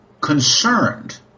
concerned